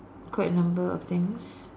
quite a number of things